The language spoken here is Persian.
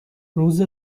روز